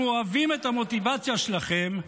אנחנו אוהבים את המוטיבציה שלכם,